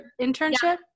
internship